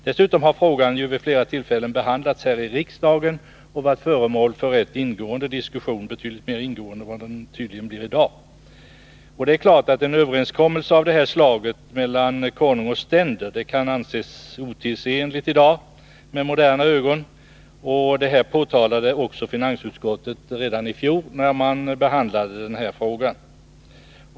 Dessutom har frågan vid flera tillfällen behandlats här i riksdagen och varit föremål för rätt ingående diskussion — betydligt mer ingående än vad diskussionen tydligen blir i dag. Det är klart att en överenskommelse av det här slaget mellan konung och ständer kan anses otidsenlig med moderna ögon sett. Detta påpekade också finansutskottet redan i fjol när man behandlade den här frågan.